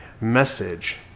message